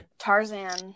Tarzan